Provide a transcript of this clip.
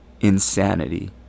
insanity